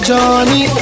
Johnny